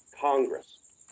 Congress